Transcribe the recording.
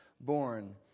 born